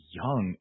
young